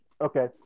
Okay